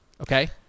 okay